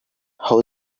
how